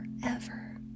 forever